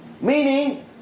meaning